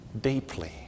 deeply